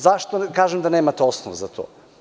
Zašto kažem da nemate osnov za to?